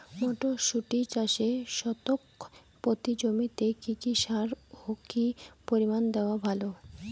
মটরশুটি চাষে শতক প্রতি জমিতে কী কী সার ও কী পরিমাণে দেওয়া ভালো?